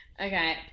Okay